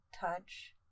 touch